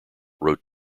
wrote